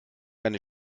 eine